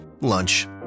lunch